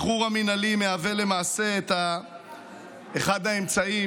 השחרור המינהלי מהווה למעשה את אחד האמצעים